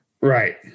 Right